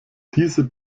diese